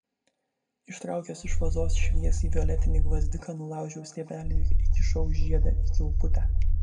ištraukęs iš vazos šviesiai violetinį gvazdiką nulaužiau stiebelį ir įkišau žiedą į kilputę